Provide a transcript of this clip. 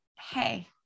Hey